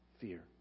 fear